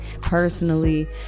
personally